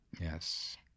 yes